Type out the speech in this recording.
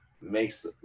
makes